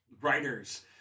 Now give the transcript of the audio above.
writers